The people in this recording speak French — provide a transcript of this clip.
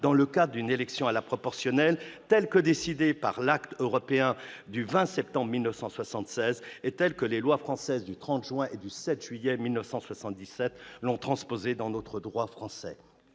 dans le cadre d'une élection à la proportionnelle telle que décidée par l'Acte européen du 20 septembre 1976 dont les lois françaises du 30 juin et du 7 juillet 1977 ont transposé les dispositions